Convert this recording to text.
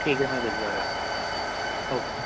ठीक है मैं भिजवा रहा हूँ